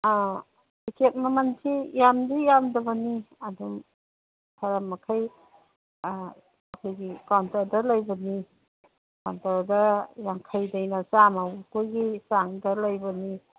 ꯑꯥ ꯎꯆꯦꯛ ꯃꯃꯜꯁꯤ ꯌꯥꯝꯗꯤ ꯌꯥꯝꯗꯕꯅꯤ ꯑꯗꯨꯝ ꯈꯔ ꯃꯈꯩ ꯑꯥ ꯑꯩꯈꯣꯏꯒꯤ ꯀꯥꯎꯟꯇꯔꯗ ꯂꯩꯕꯅꯤ ꯀꯥꯎꯟꯇꯔꯗ ꯌꯥꯡꯈꯩꯗꯩꯅ ꯆꯥꯝꯃ ꯐꯥꯎꯒꯤ ꯆꯥꯡꯗ ꯂꯩꯕꯅꯤ